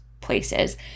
places